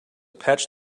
patch